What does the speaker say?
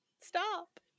Stop